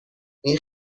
این